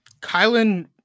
Kylan